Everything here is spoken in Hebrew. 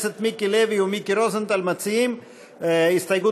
מיקי לוי ומיקי רוזנטל מציעים הסתייגות